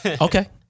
Okay